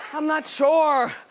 i'm not sure.